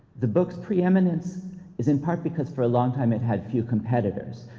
the books preeminence is in part because for a long time it had few competitors.